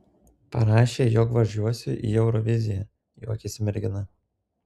parašė jog važiuosiu į euroviziją juokėsi mergina